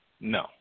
No